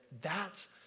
thats